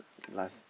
last